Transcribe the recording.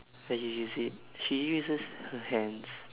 where you use it she uses her hands